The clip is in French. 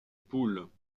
poules